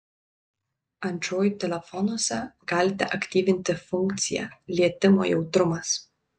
android telefonuose galite aktyvinti funkciją lietimo jautrumas